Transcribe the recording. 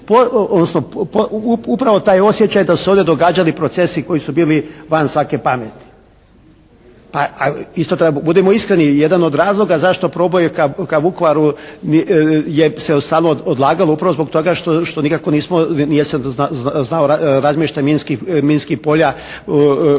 upravo taj osjećaj da su se ovdje događali procesi koji su bili van svake pameti. A isto tako, budimo iskreni, jedan od razloga zašto proboj ka Vukovaru se stalno odlagalo, upravo zbog toga što nikako nije se znao razmještaj minskih polja, čak